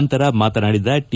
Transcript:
ನಂತರ ಮಾತನಾಡಿದ ಟಿ